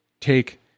take